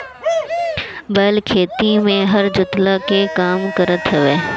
बैल खेती में हर जोतला के काम करत हवे